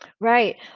Right